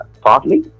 partly